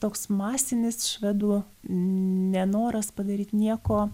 toks masinis švedų nenoras padaryt nieko